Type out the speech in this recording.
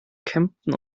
kempten